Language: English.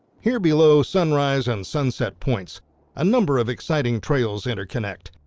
here below sunrise and sunset points a number of exciting trails interconnect,